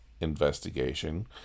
investigation